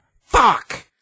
Fuck